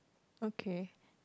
okay